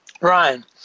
Ryan